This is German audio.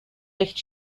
recht